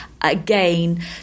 Again